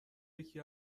یکی